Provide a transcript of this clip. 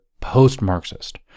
post-Marxist